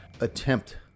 attempt